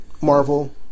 Marvel